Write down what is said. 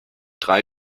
drei